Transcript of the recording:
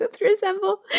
resemble